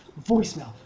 voicemail